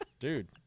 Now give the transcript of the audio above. Dude